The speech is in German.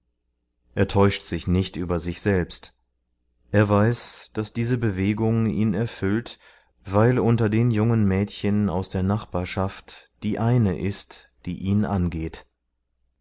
er täuscht sich nicht über sich selbst er weiß daß diese bewegung ihn erfüllt weil unter den jungen mädchen aus der nachbarschaft die eine ist die ihn angeht